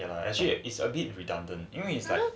ya actually is a bit redundant 因为 is like